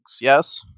yes